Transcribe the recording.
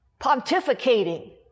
pontificating